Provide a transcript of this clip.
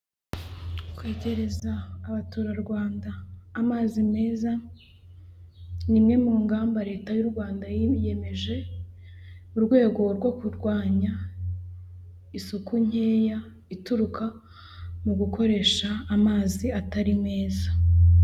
Kwegereza abaturarwanda amazi meza, ni imwe mu ngamba Leta y'u Rwanda yiyemeje, mu rwego rwo kurwanya isuku nkeya, ituruka mu gukoresha amazi atari meza.